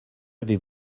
avez